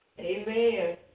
Amen